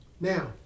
Now